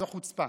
זו חוצפה.